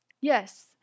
yes